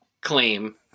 claim